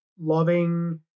loving